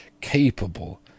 capable